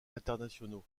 internationaux